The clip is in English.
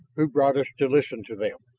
who brought us to listen to them.